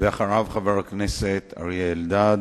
ואחריו, חבר הכנסת אריה אלדד